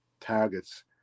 targets